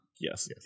yes